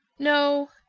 no,